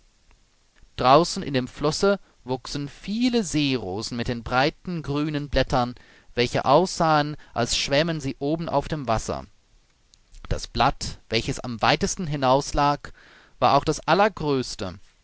draußen in dem flusse wuchsen viele seerosen mit den breiten grünen blättern welche aussahen als schwämmen sie oben auf dem wasser das blatt welches am weitesten hinauslag war auch das allergrößte